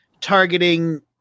Targeting